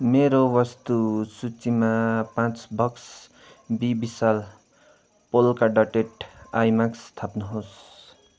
मेरो वस्तु सूचीमा पाँच बक्स बी विशाल पोल्का डटेड आई मास्क थप्नुहोस्